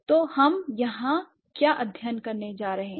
तो हम यहाँ क्या अध्ययन करने जा रहे हैं